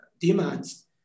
demands